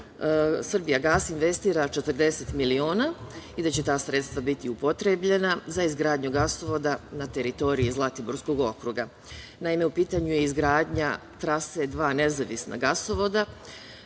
„Srbijagas“ investira 40 miliona i da će ta sredstva biti upotrebljena za izgradnju gasovoda na teritoriji Zlatiborskog okruga. Naime, u pitanju je izgradnja trase dva nezavisna gasovoda